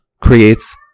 creates